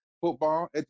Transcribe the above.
football